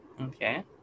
okay